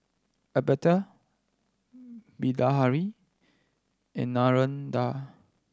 Amitabh Bilahari and Narendra